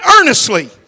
Earnestly